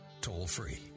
toll-free